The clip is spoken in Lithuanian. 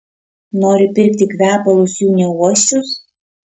nori pirkti kvepalus jų neuosčius